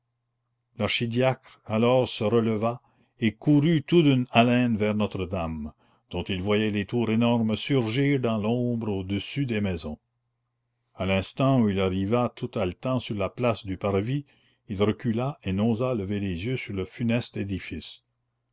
l'archidiacre alors se releva et courut tout d'une haleine vers notre-dame dont il voyait les tours énormes surgir dans l'ombre au-dessus des maisons à l'instant où il arriva tout haletant sur la place du parvis il recula et n'osa lever les yeux sur le funeste édifice